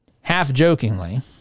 half-jokingly